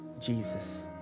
Jesus